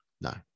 no